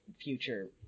future